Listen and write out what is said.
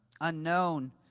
unknown